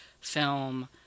film